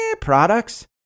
products